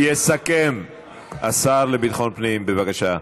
יסכם השר לביטחון פנים, בבקשה.